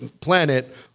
planet